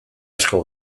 asko